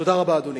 תודה רבה, אדוני.